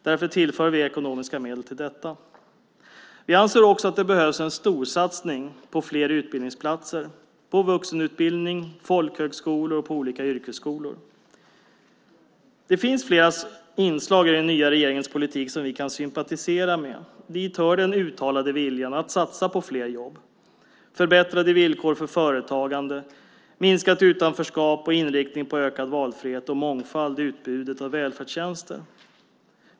Därför tillför vi ekonomiska medel till detta. Vi anser också att det behövs en storsatsning på fler utbildningsplatser inom vuxenutbildning, folkhögskolor och olika yrkesskolor. Det finns flera inslag i den nya regeringens politik som vi kan sympatisera med. Dit hör den uttalade viljan att satsa på fler jobb, förbättrade villkor för företagande, minskat utanförskap och ökad valfrihet i utbudet av välfärdstjänster.